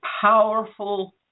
powerful